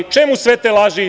Čemu sve te žali?